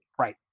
Right